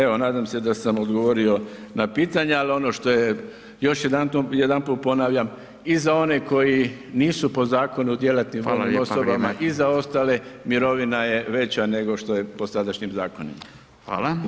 Evo, nadam se da sam odgovorio na pitanja, al ono što je, još jedanput ponavljam, i za one koji nisu po Zakonu o djelatnim [[Upadica: Fala ljepa, vrijeme]] vojnim osobama i za ostale mirovina je veća nego što je po sadašnjim zakonima.